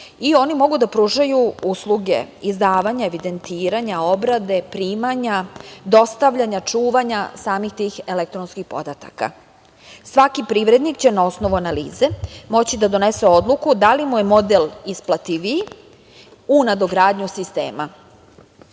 i oni mogu da pružaju usluge izdavanja, evidentiranja, obrade, primanja, dostavljanja, čuvanja samih tih elektronskih podataka. Svaki privrednik će na osnovu analize moći da donese odluku da li mu je model isplativiji u nadogradnju sistema. Države